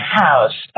house